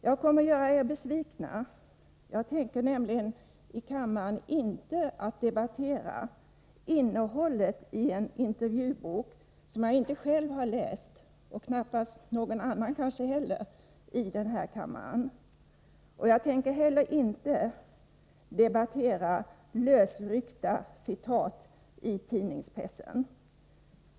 Jag kommer att göra er besvikna — jag tänker nämligen inte här i kammaren debattera innehållet i en intervjubok som jag inte själv har läst och som kanske inte heller någon annan i kammaren läst, och jag tänker inte heller här debattera lösryckta citat från tidningspressen.